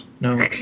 No